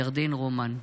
ירדן רומן גת,